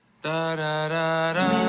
Da-da-da-da